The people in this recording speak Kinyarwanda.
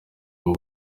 bwo